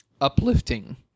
uplifting